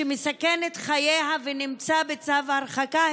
שמסכן את חייה ונמצא בצו הרחקה,